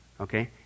Okay